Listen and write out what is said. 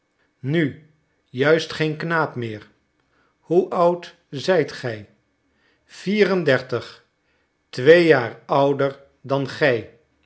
nu juist geen knaap meer hoe oud zijt gij vierendertig twee jaar ouder dan